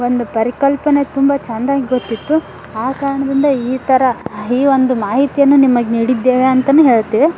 ಒಂದು ಪರಿಕಲ್ಪನೆ ತುಂಬ ಚೆಂದ ಗೊತ್ತಿತ್ತು ಆ ಕಾರಣದಿಂದ ಈ ಥರ ಈ ಒಂದು ಮಾಹಿತಿಯನ್ನು ನಿಮಗೆ ನೀಡಿದ್ದೇವೆ ಅಂತಲೂ ಹೇಳ್ತೇವೆ